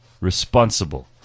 responsible